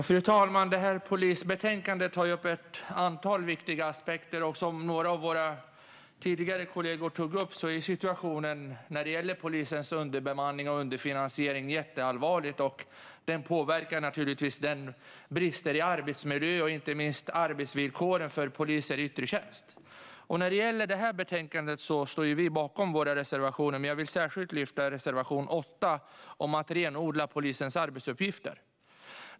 Fru talman! I detta polisbetänkande tas ett antal viktiga aspekter upp. Som några av våra kollegor tidigare tog upp är situationen vad gäller polisens underbemanning och underfinansiering jätteallvarlig. Den påverkar naturligtvis i form av brister i arbetsmiljö och inte minst arbetsvillkor för poliser i yttre tjänst. Vi står bakom våra reservationer till betänkandet, men jag vill särskilt lyfta fram reservation 8 om att renodla polisens arbetsuppgifter.